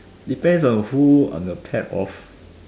depends on who on are the pet of